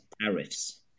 tariffs